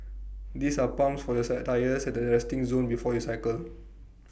these are pumps for your tyres at the resting zone before you cycle